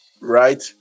right